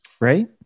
Right